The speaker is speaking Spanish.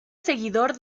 seguidor